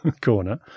corner